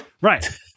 Right